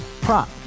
Prop